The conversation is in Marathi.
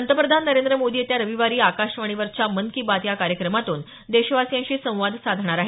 पंतप्रधान नरेंद्र मोदी येत्या रविवारी आकाशवाणीवरच्या मन की बात या कार्यक्रमातून देशवासियांशी संवाद साधणार आहेत